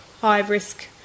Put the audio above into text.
high-risk